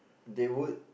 they would